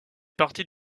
partie